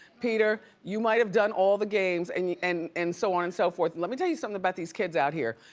peter, you might've done all the games and and and so on and so forth, let me tell you somethin' about these kids out here.